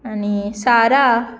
आनी सारा